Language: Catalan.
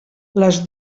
les